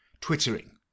twittering